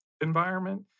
environment